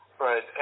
Right